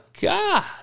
God